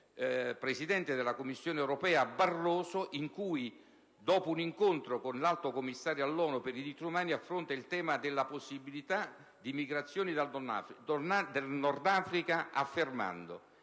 presidente della Commissione europea Barroso, che, dopo un incontro con l'Alto commissario dell'ONU per i diritti umani, affronta il tema della possibilità di migrazioni dal Nord Africa affermando